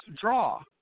draw